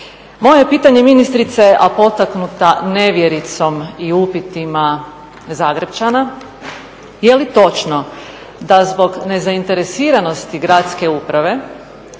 je pitanje, ministrice, a potaknuta nevjericom i upitima Zagrepčana, je li točno da zbog nezainteresiranosti gradske uprave